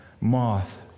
moth